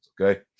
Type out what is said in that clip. Okay